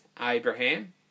Abraham